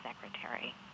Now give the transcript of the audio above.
secretary